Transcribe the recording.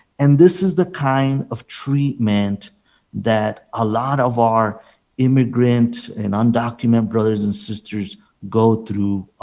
and this is the kind of treatment that a lot of our immigrant and undocumented brothers and sisters go through,